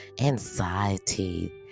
anxiety